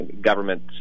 government